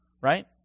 right